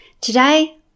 Today